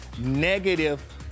negative